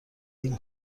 این